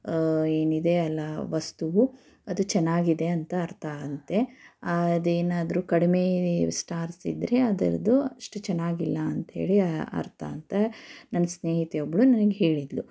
ಏನಿದೆಯಲ್ಲ ವಸ್ತುವು ಅದು ಚೆನ್ನಾಗಿದೆ ಅಂತ ಅರ್ಥ ಅಂತೆ ಅದೇನಾದರೂ ಕಡಿಮೆ ಸ್ಟಾರ್ಸ್ ಇದ್ದರೆ ಅದರದು ಅಷ್ಟು ಚೆನ್ನಾಗಿಲ್ಲ ಅಂತ ಹೇಳಿ ಅರ್ಥ ಅಂತ ನನ್ನ ಸ್ನೇಹಿತೆಯೊಬ್ಬಳು ನನಗೆ ಹೇಳಿದ್ಲು